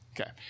Okay